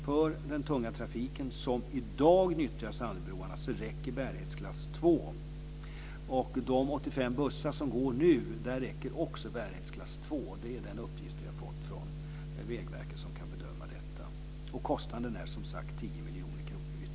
För den tunga trafik som i dag nyttjar Sandöbroarna räcker bärighetsklass 2, och också för de 85 bussar som nu går där. Det är den uppgift vi har fått från Vägverket, som kan bedöma detta. Kostnaden är, som sagt,